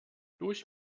durch